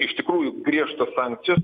iš tikrųjų griežtos sakcijos